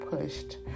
pushed